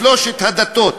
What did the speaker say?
לשלוש הדתות,